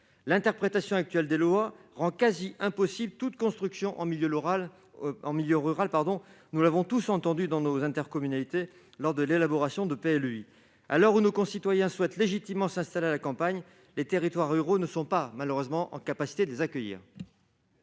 L'interprétation actuelle des lois rend quasi impossible toute construction en milieu rural : nous l'avons tous constaté dans nos intercommunalités lors de l'élaboration de certains PLUi. À l'heure où nos concitoyens souhaitent légitimement s'installer à la campagne, les territoires ruraux ne sont malheureusement pas en mesure de les accueillir.